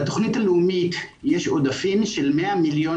לתוכנית הלאומית יש עודפים של 100 מיליון